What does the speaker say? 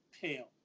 pale